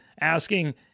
asking